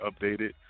updated